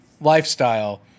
lifestyle